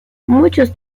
muchos